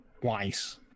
twice